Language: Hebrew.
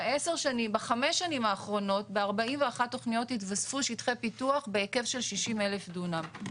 בחמש השנים האחרונות ב-41 תכניות התווספו שטחי פיתוח של 60,000 דונם.